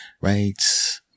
right